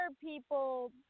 people